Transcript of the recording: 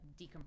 decompress